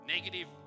negative